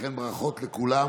ולכן ברכות לכולם.